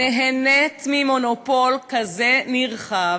נהנית ממונופול כזה נרחב,